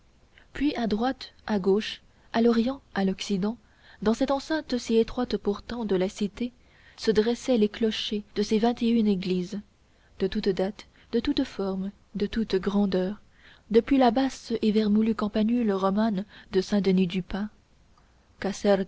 puis à droite à gauche à l'orient à l'occident dans cette enceinte si étroite pourtant de la cité se dressaient les clochers de ses vingt une églises de toute date de toute forme de toute grandeur depuis la basse et vermoulue campanule romane de saint denys du pas